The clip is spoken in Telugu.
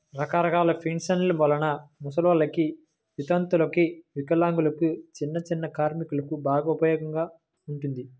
రకరకాల పెన్షన్ల వలన ముసలోల్లకి, వితంతువులకు, వికలాంగులకు, చిన్నచిన్న కార్మికులకు బాగా ఉపయోగం ఉంటుంది